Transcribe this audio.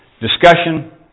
discussion